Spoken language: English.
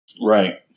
Right